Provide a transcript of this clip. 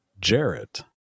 Jarrett